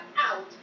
Out